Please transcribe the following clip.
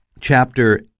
chapter